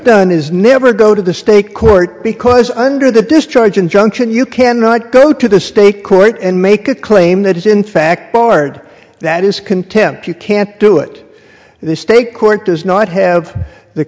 done is never go to the state court because under the discharge injunction you cannot go to the state court and make a claim that is in fact barred that is contempt you can't do it and the state court does not have the